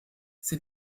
sie